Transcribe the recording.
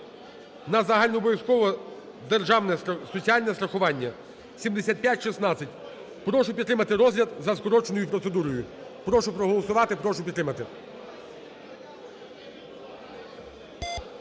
на загальнообов'язкове державне соціальне страхування (7516). Прошу підтримати розгляд за скороченою процедурою. Прошу проголосувати, прошу підтримати.